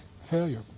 failure